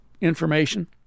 information